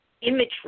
imagery